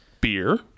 beer